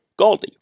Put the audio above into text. Galdi